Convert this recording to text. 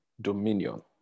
dominion